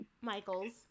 Michael's